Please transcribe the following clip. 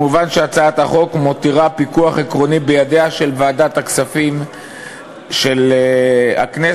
מובן שהצעת החוק מותירה פיקוח עקרוני בידיה של ועדת הכספים של הכנסת.